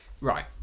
right